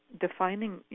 defining